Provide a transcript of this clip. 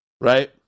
right